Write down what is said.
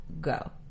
go